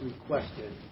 requested